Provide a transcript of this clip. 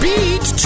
Beat